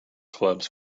clubs